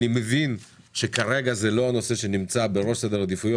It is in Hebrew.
אני מבין שכרגע זה לא הנושא שנמצא בראש סדר העדיפויות